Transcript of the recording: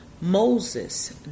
Moses